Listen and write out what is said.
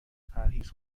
پرهیز